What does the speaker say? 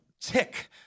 tick